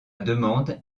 demande